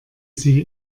sie